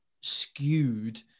skewed